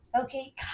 okay